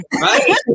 right